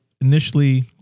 initially